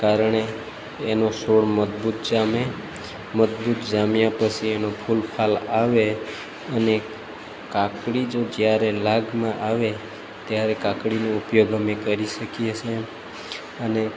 કારણે એનો છોડ મજબૂત જામે મજબૂત જામ્યા પછી એનું ફૂલ ફાલ આવે અને કાંકળી જો જ્યારે લાગમાં આવે ત્યારે કાંકળીનો ઉપયોગ અમે કરી શકીએ છીએ અને